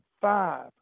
five